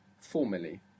Formally